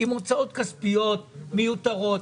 עם הוצאות כספיות מיותרות.